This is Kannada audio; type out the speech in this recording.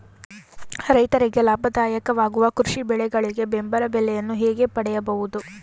ರೈತರಿಗೆ ಲಾಭದಾಯಕ ವಾಗುವ ಕೃಷಿ ಬೆಳೆಗಳಿಗೆ ಬೆಂಬಲ ಬೆಲೆಯನ್ನು ಹೇಗೆ ಪಡೆಯಬಹುದು?